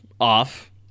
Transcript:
off